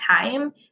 time